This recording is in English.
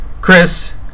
Chris